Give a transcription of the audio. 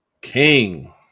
King